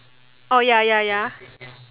orh ya ya ya